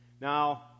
Now